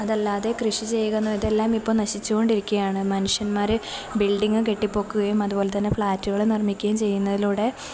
അതല്ലാതെ കൃഷി ചെയ്യുന്നത് ഇതെല്ലാം ഇപ്പോള് നശിച്ചുകൊണ്ടിരിക്കുകയാണ് മനുഷ്യന്മാര് ബിൽഡിങ് കെട്ടിപ്പൊക്കുകയും അതുപോലെ തന്നെ ഫ്ലാറ്റുകള് നിർമ്മിക്കുകയും ചെയ്യുന്നതിലൂടെ